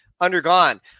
undergone